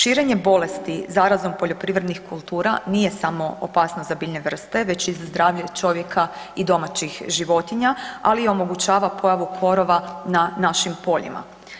Širenje bolesti zarazom poljoprivrednih kultura nije samo opasnost za biljne vrste, već i za zdravlje čovjeka i domaćih životinja, ali i omogućava pojavu korova na našim poljima.